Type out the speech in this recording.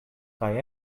kaj